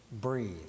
breathe